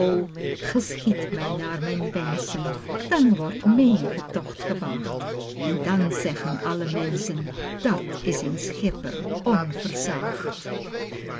geschiedt mij naar mijn wenschen dan wordt meen'ge tocht gewaagd en dan zeggen alle menschen dat is schipper